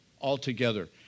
altogether